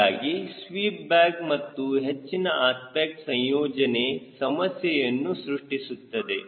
ಹೀಗಾಗಿ sweep back ಮತ್ತು ಹೆಚ್ಚಿನ ಅಸ್ಪೆಕ್ಟ್ ರೇಶಿಯೋ ಸಂಯೋಜನೆ ಸಮಸ್ಯೆಯನ್ನು ಸೃಷ್ಟಿಸುತ್ತದೆ